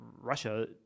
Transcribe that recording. Russia